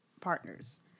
partners